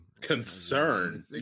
Concern